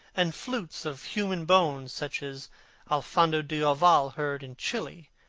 and flutes of human bones such as alfonso de ovalle heard in chile,